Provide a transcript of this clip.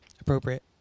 appropriate